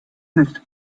nicht